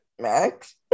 max